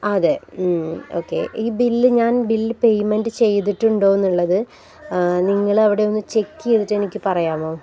അതെ ഓക്കെ ഈ ബില് ഞാൻ ബില് പേയ്മെൻറ് ചെയ്തിട്ടുണ്ടോ എന്നുള്ളതു നിങ്ങളവിടെ ഒന്ന് ചെക്ക് ചെയ്തിട്ട് എനിക്കു പറയാമോ